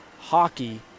hockey